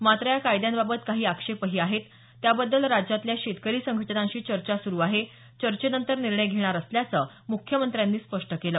मात्र या कायद्यांबाबत काही आक्षेपही आहेत त्याबद्दल राज्यातल्या शेतकरी संघटनांशी चर्चा सुरू आहे चर्चेनंतर निर्णय घेणार असल्याचं मुख्यमंत्र्यांनी स्पष्ट केलं